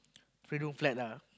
three room flat ah